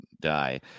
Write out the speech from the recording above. die